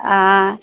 आँय